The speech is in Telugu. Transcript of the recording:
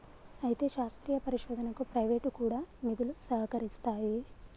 అయితే శాస్త్రీయ పరిశోధనకు ప్రైవేటు కూడా నిధులు సహకరిస్తాయి